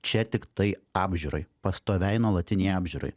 čia tiktai apžiūrai pastoviai nuolatinei apžiūrai